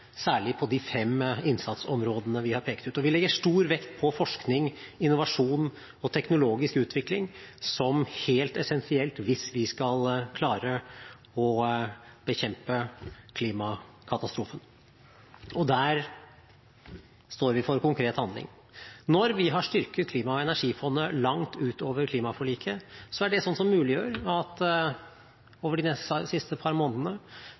særlig på de fem innsatsområdene vi har pekt ut. Vi legger stor vekt på forskning, innovasjon og teknologisk utvikling som helt essensielt hvis vi skal klare å bekjempe klimakatastrofen. Der står vi for konkret handling. Når vi har styrket Klima- og energifondet langt utover klimaforliket, er det sånt som muliggjør at Enova i løpet av de siste månedene